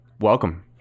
Welcome